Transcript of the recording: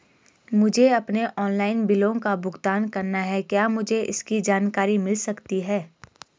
मुझे अपने ऑनलाइन बिलों का भुगतान करना है क्या मुझे इसकी जानकारी मिल सकती है?